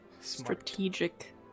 Strategic